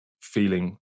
feeling